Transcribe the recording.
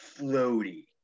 floaty